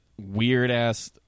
weird-ass